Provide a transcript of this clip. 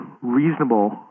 reasonable